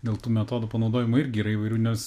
dėl tų metodų panaudojimo irgi yra įvairių nes